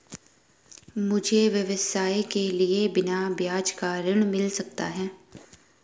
मुझे व्यवसाय के लिए बिना ब्याज का ऋण मिल सकता है?